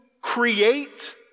create